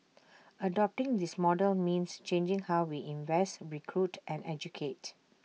adopting this model means changing how we invest recruit and educate